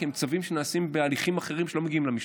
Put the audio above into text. הם צווים שנעשים בהליכים אחרים שלא מגיעים למשטרה,